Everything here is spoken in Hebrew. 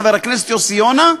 חבר הכנסת יוסי יונה,